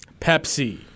Pepsi